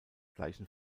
gleichen